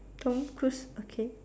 Tom Cruise okay